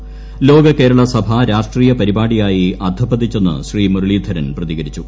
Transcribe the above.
ട്രൂലോക് കേരള സഭ രാഷ്ട്രീയ പരിപാടിയായി അധഃപതിച്ചെന്ന് ശ്രീ ്മൂര്ളീധരൻ പ്രതികരിച്ചു